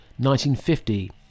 1950